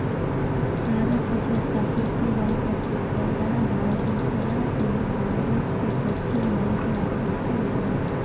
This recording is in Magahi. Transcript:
कागज के स्रोत प्राकृतिक वन्यसम्पदा है जेकरा से कागज के कच्चे माल के आपूर्ति होवऽ हई